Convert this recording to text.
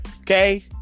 okay